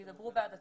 ידברו בעד עצמם,